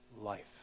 life